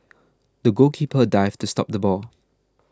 the goalkeeper dived to stop the ball